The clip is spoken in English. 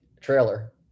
trailer